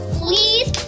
please